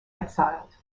exiled